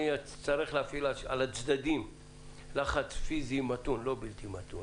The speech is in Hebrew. אני אצטרך להפעיל על הצדדים לחץ פיזי מתון לא בלתי מתון,